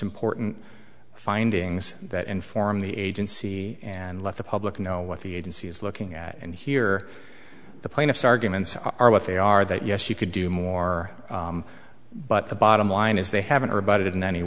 important findings that inform the agency and let the public know what the agency is looking at and here the plaintiff's arguments are what they are that yes you could do more but the bottom line is they haven't rebutted it in any